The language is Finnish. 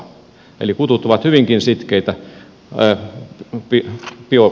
eli kutut ovat hyvinkin sitkeitä bioaineiden käyttäjiä